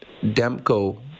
Demko